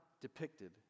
depicted